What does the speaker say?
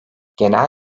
genel